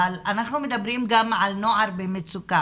אבל אנחנו מדברים גם על נוער במצוקה.